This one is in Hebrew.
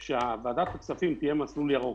אתה אמרת שוועדת הכספים תהיה מסלול ירוק.